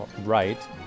right